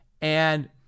and-